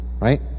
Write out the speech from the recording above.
right